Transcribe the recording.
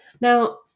now